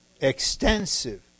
extensive